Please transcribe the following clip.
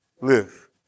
live